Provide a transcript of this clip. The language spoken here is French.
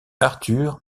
arthur